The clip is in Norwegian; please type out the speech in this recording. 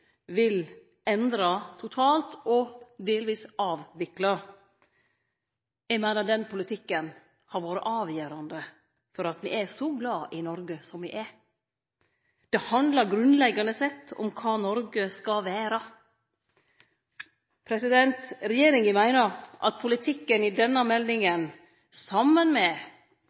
vil endre totalt og delvis avvikle – som har vore avgjerande for at me er så glade i Noreg som me er. Det handlar grunnleggjande sett om kva Noreg skal vere. Regjeringa meiner at politikken i denne meldinga, saman med